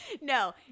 No